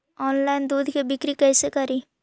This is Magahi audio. ऑनलाइन दुध के बिक्री कैसे करि?